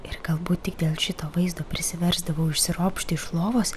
ir galbūt tik dėl šito vaizdo prisiversdavau išsiropšti iš lovos